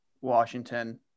Washington